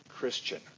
Christian